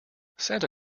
santa